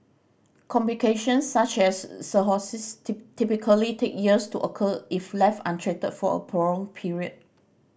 complications such as cirrhosis typically take years to occur if left untreated for a prolonged period